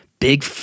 Big